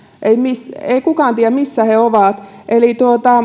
ei kukaan tiedä missä he ovat eli